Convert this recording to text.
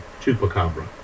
chupacabra